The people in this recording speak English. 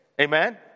Amen